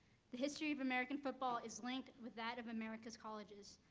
the history of american football is linked with that of america's colleges.